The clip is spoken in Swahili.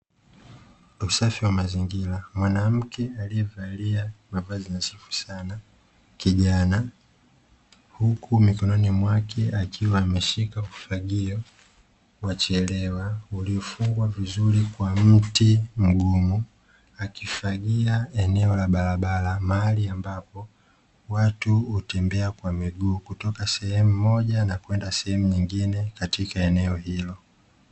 Usafi wa mazingira mwanamke aliyevalia mavazi nadhifu sana kijana, uku mikononi mwake akiwaameshika ufagio wa chelewa uliofungwa vizuri kwa mti mgumu akifagia eneo la barabara mahali ambapo watu utembea kwa miguu kutoka sehemu moja na kwenda sehemu nyingine katiak eneo hilo.